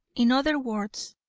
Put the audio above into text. in other words,